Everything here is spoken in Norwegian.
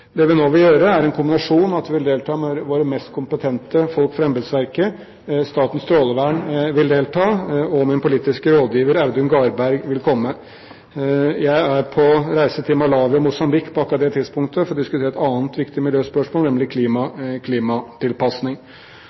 Det vi nå vil gjøre, er en kombinasjon: Vi vil delta med våre mest kompetente folk fra embetsverket. Statens strålevern vil delta, og min politiske rådgiver Audun Garberg vil komme. Jeg er på reise til Malawi og Mosambik på akkurat det tidspunktet for å diskutere et annet viktig miljøspørsmål, nemlig klimatilpasning.